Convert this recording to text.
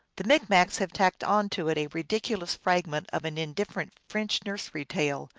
the micmacs have tacked on to it a ridiculous fragment of an indifferent french nursery tale,